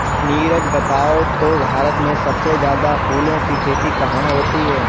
नीरज बताओ तो भारत में सबसे ज्यादा फूलों की खेती कहां होती है?